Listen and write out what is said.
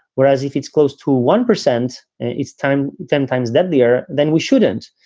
whereas if it's close to one percent, it's time ten times deadlier than we shouldn't.